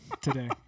today